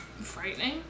frightening